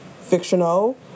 fictional